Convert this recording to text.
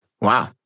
Wow